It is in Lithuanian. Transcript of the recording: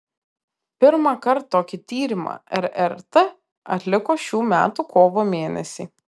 pirmąkart tokį tyrimą rrt atliko šių metų kovo mėnesį